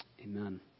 Amen